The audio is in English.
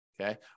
Okay